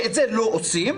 שאת זה לא עושים,